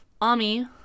Ami